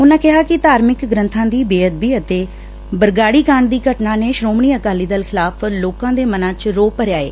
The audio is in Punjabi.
ਉਨਾਂ ਕਿਹਾ ਕਿ ਧਾਰਮਿਕ ਗ੍ਰੰਬਾਂ ਦੀ ਬੇਅਦਬੀ ਅਤੇ ਬਰਗਾਤੀ ਕਾਂਡ ਦੀ ਘਟਨਾ ਨੇ ਸ੍ਰੌਮਣੀ ਅਕਾਲੀ ਦਲ ਖਿਲਾਫ਼ ਲੋਕਾਂ ਦੇ ਮਨਾਂ ਚ ਰੋਹ ਭਰਿਆ ਏ